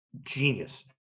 genius